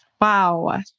Wow